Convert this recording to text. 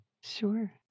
Sure